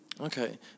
Okay